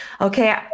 okay